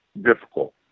difficult